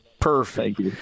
Perfect